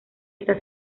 esta